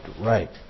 right